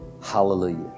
Hallelujah